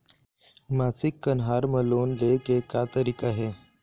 मासिक कन्हार म लोन ले के का तरीका हे?